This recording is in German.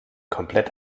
komplett